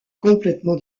complètement